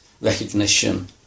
recognition